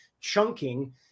chunking